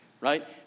right